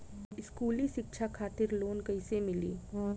स्कूली शिक्षा खातिर लोन कैसे मिली?